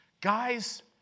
Guys